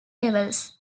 levels